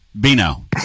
Bino